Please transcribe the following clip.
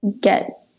get